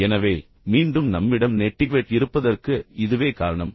எனவே மீண்டும் நம்மிடம் நெட்டிக்வெட் இருப்பதற்கு இதுவே காரணம்